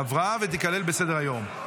עברה, ותיכלל בסדר-היום.